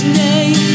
name